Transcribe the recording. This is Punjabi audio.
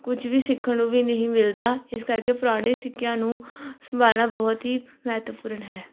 ਕੁਝ ਵੀ ਸਿੱਖਣ ਨੂੰ ਵੀ ਨਹੀਂ ਮਿਲਦਾ ਇਸ ਕਰਕੇ ਪੁਰਾਣੇ ਸਿੱਕਿਆਂ ਨੂੰ ਸੰਭਾਲਣਾ ਬਹੁਤ ਹੀ ਮਹੱਤਵਪੂਰਨ ਹੈ